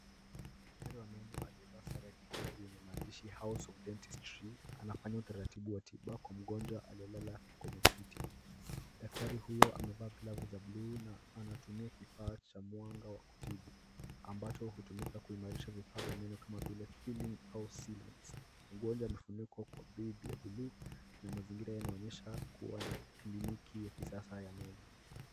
Daktari wa meno aliyevaa sare ya kijivu yenye maandishi house of dentistry anafanya utaratibu wa tiba kwa mgonjwa aliyelala kwenye kiti. Daktari huyo amevaa glavu za buluu na anatumia kifaa cha mwanga wa kutibu. Ambacho hutumika kuimarisha vifaa vya meno kama vile filling au seelights mgonjwa amefunikwa kwa bibu ya buluu na mazingira yanaonyesha kuwa ni kliniki ya kisasa ya meno.